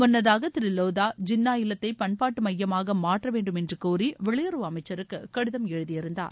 முன்னதாக திரு லோதா ஜின்னா இல்லத்தை பண்பாட்டு மையமாக மாற்றவேண்டும் என்று கோரி வெளியுறவு அமைச்சருக்கு கடிதம் எழுதியிருந்தார்